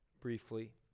briefly